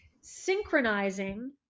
synchronizing